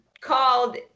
called